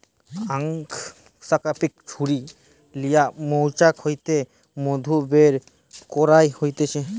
uncapping ছুরি লিয়া মৌচাক হইতে মধু বের করাঢু হতিছে